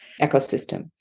ecosystem